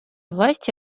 власти